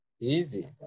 easy